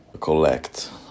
collect